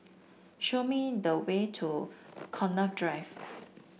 show me the way to Connaught Drive